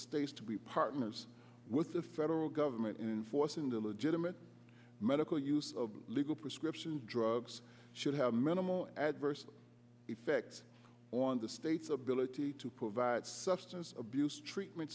states to be partners with the federal government enforcing the legitimate medical use of legal prescription drugs should have a minimal adverse effect on the state's ability to provide substance abuse treatment